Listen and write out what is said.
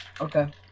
okay